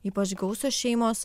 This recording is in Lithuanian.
ypač gausios šeimos